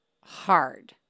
hard